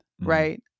right